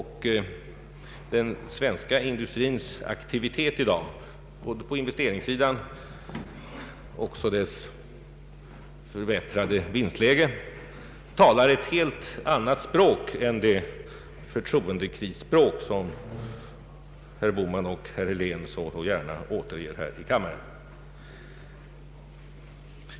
Den svenska industrins aktivitet i dag — både åtgärderna på investeringssidan och dess förbättrade vinstläge — talar ett helt annat språk än det förtroendekrisspråk som herrar Bohman och Helén så gärna återger här i kammaren.